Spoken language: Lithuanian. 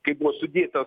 kaip buvo sudėta